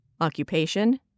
occupation